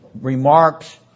remarks